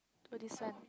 oh this one